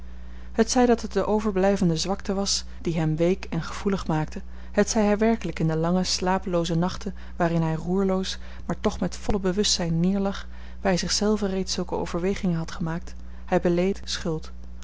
hetzij dat het de overblijvende zwakte was die hem week en gevoelig maakte hetzij hij werkelijk in de lange slapelooze nachten waarin hij roerloos maar toch met volle bewustzijn neerlag bij zich zelven reeds zulke overwegingen had gemaakt hij beleed schuld